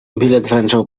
wręczę